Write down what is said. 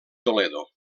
toledo